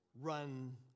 run